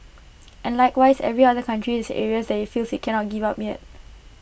and likewise every other country has areas that IT feels IT cannot give up yet